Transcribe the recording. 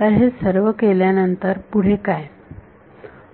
तर हे सर्व केल्यानंतर पुढे काय